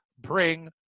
bring